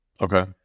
Okay